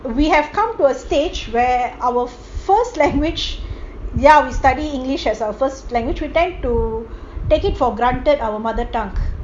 we have come to a stage where our first language ya we study english as a first language we tend to take it for granted our mother tongue